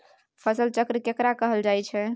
फसल चक्र केकरा कहल जायत छै?